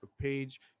page